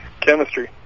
Chemistry